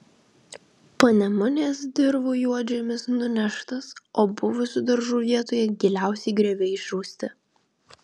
panemunės dirvų juodžemis nuneštas o buvusių daržų vietoje giliausi grioviai išrausti